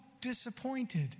disappointed